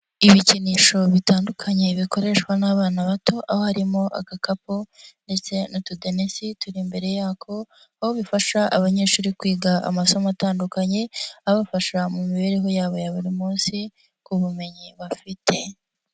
Ibikinisho bitandukanye bikoreshwa n'abana bato, aho harimo agakapu ndetse n'utudenesi turi imbere yako, aho bifasha abanyeshuri kwiga amasomo atandukanye, abafasha mu mibereho yabo ya buri munsi ku bumenyi bafite.